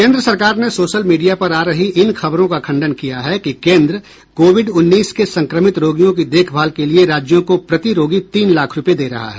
केन्द्र सरकार ने सोशल मीडिया पर आ रही इन खबरों का खंडन किया है कि केन्द्र कोविड उन्नीस के संक्रमित रोगियों की देखभाल के लिए राज्यों को प्रति रोगी तीन लाख रूपये दे रहा है